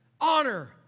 honor